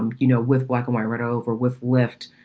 um you know, with wykeham i wrote over with lift.